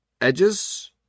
edges